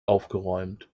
aufgeräumt